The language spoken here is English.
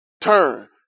turn